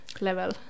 level